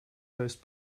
most